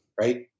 right